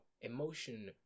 emotion